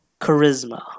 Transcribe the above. Charisma